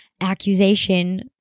accusation